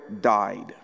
died